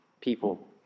people